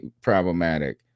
problematic